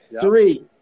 Three